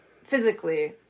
physically